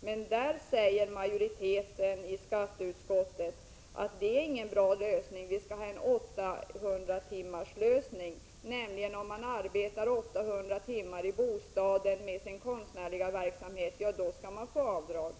Men majoriteten i skatteutskottet säger att det inte är någon bra lösning och föreslår en lösning som innebär att om man arbetar 800 timmar med sin konstnärliga verksamhet i bostaden, då skall man få göra avdrag.